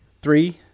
Three